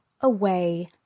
away